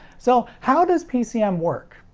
so how does pcm work?